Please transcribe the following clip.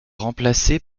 remplacée